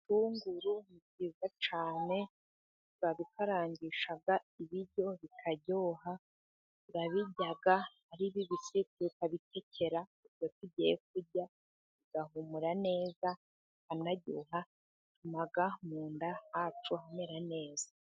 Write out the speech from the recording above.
Ibitunguru ni byiza cyane tubikarangisha ibiryo bikaryoha, tubirya ari bibisi tukabikekera ibyo tugiye kurya, bigahumura neza bikanaryoha, bigatuma mu nda yacu hamera neza.